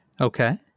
Okay